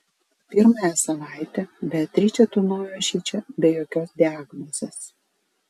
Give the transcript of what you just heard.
pirmąją savaitę beatričė tūnojo šičia be jokios diagnozės